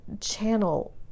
channel